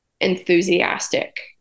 enthusiastic